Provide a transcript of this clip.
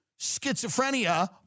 schizophrenia